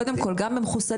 קודם כל גם במחוסנים,